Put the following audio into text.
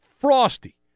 frosty